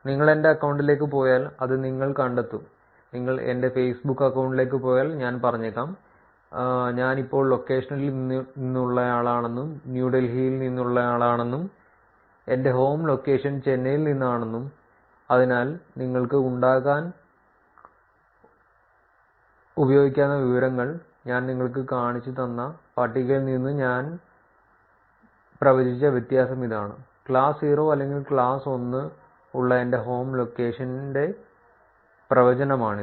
നിങ്ങൾ എന്റെ അക്കൌണ്ടിലേക്ക് പോയാൽ അത് നിങ്ങൾ കണ്ടെത്തും നിങ്ങൾ എന്റെ ഫെയ്സ്ബുക്ക് അക്കൌണ്ടിലേക്ക് പോയാൽ ഞാൻ പറഞ്ഞേക്കാം ഞാൻ ഇപ്പോൾ ലൊക്കേഷനിൽ നിന്നുള്ളയാളാണെന്നും ന്യൂ ഡൽഹിയിൽ നിന്നുള്ളയാളാണെന്നും എന്റെ ഹോം ലൊക്കേഷൻ ചെന്നൈയിൽ നിന്നാണെന്നും അതിനാൽ നിങ്ങൾക്ക് ഉണ്ടാക്കാൻ ഉപയോഗിക്കാവുന്ന വിവരങ്ങൾ ഞാൻ നിങ്ങൾക്ക് കാണിച്ചുതന്ന പട്ടികയിൽ നിന്ന് ഞങ്ങൾ പ്രവചിച്ച വ്യത്യാസം ഇതാണ് ക്ലാസ് 0 അല്ലെങ്കിൽ ക്ലാസ് 1 ഉള്ള എന്റെ ഹോം ലൊക്കേഷന്റെ പ്രവചനമാണിത്